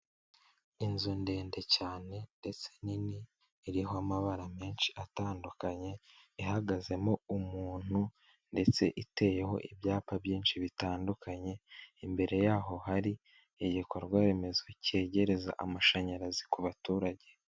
Inzu ndende cyane ndetse nini iriho amabara menshi atandukanye ihagazemo umuntu ndetse iteyeho ibyapa byinshi bitandukanye, imbere y'aho hari igikorwa remezo cyegereza amashanyarazi ku baturage.